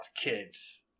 kids